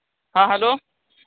हाँ हेलो